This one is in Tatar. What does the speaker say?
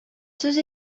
сүз